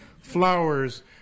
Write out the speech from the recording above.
flowers